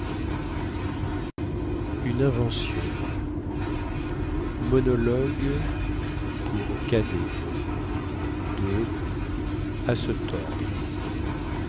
une invention monologue pour cadet